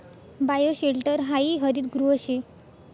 bioshelter हायी हरितगृह शे